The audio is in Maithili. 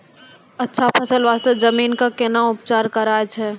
अच्छा फसल बास्ते जमीन कऽ कै ना उपचार करैय छै